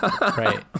Right